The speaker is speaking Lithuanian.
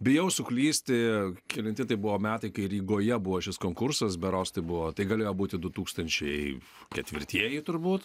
bijau suklysti kelinti tai buvo metai kai rygoje buvo šis konkursas berods tai buvo tai galėjo būti su tūkstančiai ketvirtieji turbūt